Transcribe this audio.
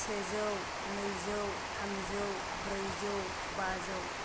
सेजौ नैजौ थामजौ ब्रैजौ बाजौ